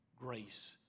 grace